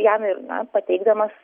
jam ir na pateikdamas